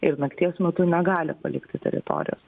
ir nakties metu negali palikti teritorijos